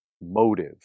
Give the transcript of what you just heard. motive